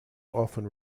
often